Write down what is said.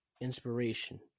inspiration